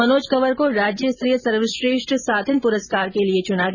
मनोज कंवर को राज्य स्तरीय सर्वश्रेष्ठ साथिन पुरस्कार के लिए चुना गया है